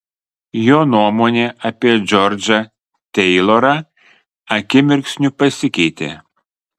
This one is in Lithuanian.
jo nuomonė apie džordžą teilorą akimirksniu pasikeitė